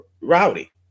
rowdy